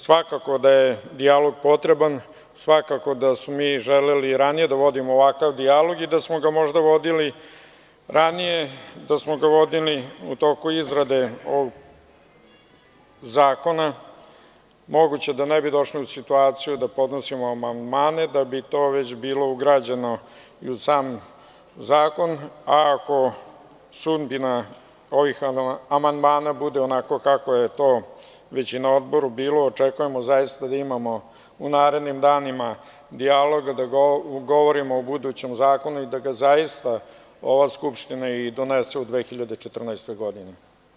Svakako da je dijalog potreban, svakako da smo mi želeli ranije da vodimo ovakav dijalog i da smo ga možda vodili ranije, da smo ga vodili u toku izrade ovog zakona, moguće da ne bi došli u situaciju da podnosimo amandmane da bi to već bilo ugrađeno i u sam zakon, a ako sudbina ovih amandmana bude onako kako je to već i na odboru bilo, očekujemo zaista da imamo u narednim danima dijaloga da govorimo o budućem zakonu i da ga zaista ova Skupština i donese u 2014. godini.